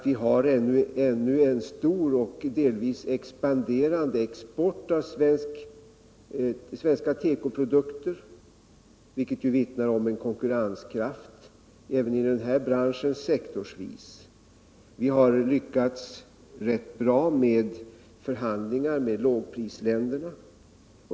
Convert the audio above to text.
Vi har ännu en stor och delvis expanderande export av svenska tekoprodukter, vilket ju vittnar om en konkurrenskraft även i den här branschen sektorsvis. Vi har lyckats rätt bra med förhandlingar med lågprisländerna.